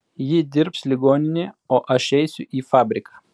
ji dirbs ligoninėje o aš eisiu į fabriką